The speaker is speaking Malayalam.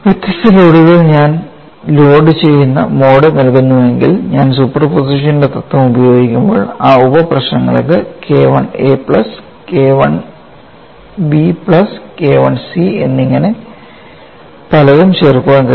വ്യത്യസ്ത ലോഡുകൾ ഞാൻ ലോഡുചെയ്യുന്ന മോഡ് നൽകുന്നുവെങ്കിൽ ഞാൻ സൂപ്പർപോസിഷന്റെ തത്വം ഉപയോഗിക്കുമ്പോൾ ആ ഉപ പ്രശ്നങ്ങൾക്ക് K I a plus K I b plus K I c അങ്ങനെ പലതും ചേർക്കാൻ കഴിയും